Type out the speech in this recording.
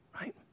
right